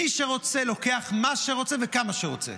מי שרוצה לוקח מה שרוצה וכמה שרוצה.